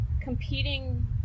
competing